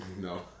No